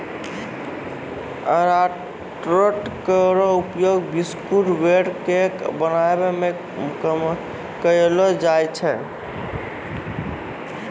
अरारोट केरो उपयोग biscuit, bread, cake बनाय म कयलो जाय छै